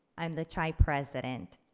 i'm the chai president.